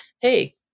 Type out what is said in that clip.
Hey